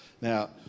Now